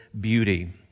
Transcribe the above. beauty